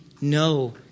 no